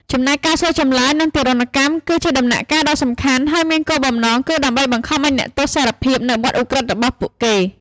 ចំណែកការសួរចម្លើយ និងទារុណកម្ម គឺជាដំណាក់កាលដ៏សំខាន់ ហើយមានគោលបំណងគឺដើម្បីបង្ខំឱ្យអ្នកទោស "សារភាព" នូវបទឧក្រិដ្ឋរបស់ពួកគេ។